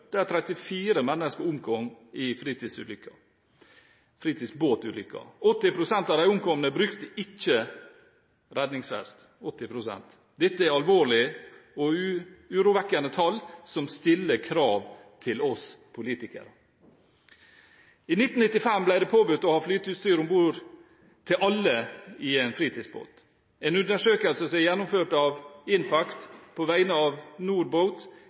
34 mennesker omkom i fritidsbåtulykker. 80 pst. av de omkomne brukte ikke redningsvest – 80 pst. Dette er alvorlig, og det er urovekkende tall, som stiller krav til oss politikere. I 1995 ble det påbudt å ha flyteutstyr til alle om bord i en fritidsbåt. En undersøkelse som er gjennomført av InFact på vegne av